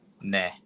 Nah